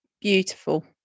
Beautiful